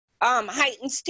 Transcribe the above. heightened